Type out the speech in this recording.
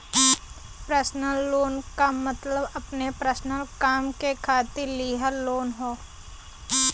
personal loan क मतलब अपने पर्सनल काम के खातिर लिहल लोन हौ